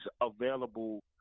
available